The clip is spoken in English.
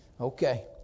Okay